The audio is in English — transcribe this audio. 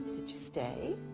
did you stay,